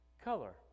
color